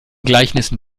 gleichnissen